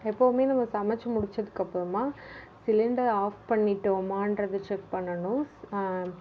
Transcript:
எப்பவுமே நம்ம சமச்சு முடிச்சதுக்கப்புறமா சிலிண்டர் ஆஃப் பண்ணிட்டோமான்றதை செக் பண்ணணும்